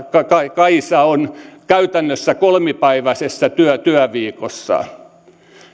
kaisa ovat käytännössä kolmipäiväisessä työviikossa